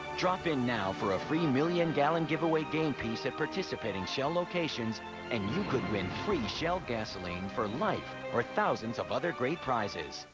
drop in now for a free million gallon giveaway game piece at participating shell locations and you could win free shell gasoline for life or thousands of other great prizes.